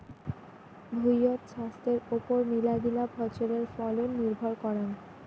ভুঁইয়ত ছাস্থের ওপর মেলাগিলা ফছলের ফলন নির্ভর করাং